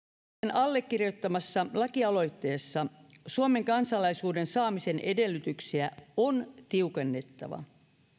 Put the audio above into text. allekirjoittamassa lakialoitteessa suomen kansalaisuuden saamisen edellytyksiä on tiukennettava